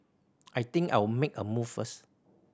I think I'll make a move first